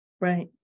Right